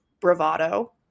bravado